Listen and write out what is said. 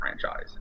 franchise